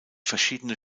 verschiedene